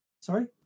Sorry